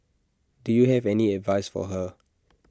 do you have any advice for her